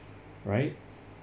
right